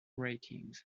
ratings